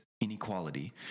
inequality